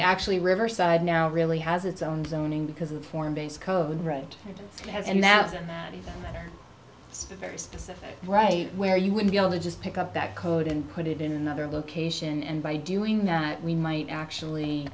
actually riverside now really has its own zoning because of the form base code right has and that's a spin very specific right where you would be able to just pick up that code and put it in another location and by doing that we might actually